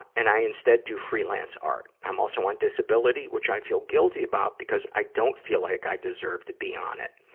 and i instead do freelance art. i'm also on disability, which i feel guilty about, because i don't feel like i deserve to be on it.